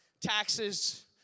taxes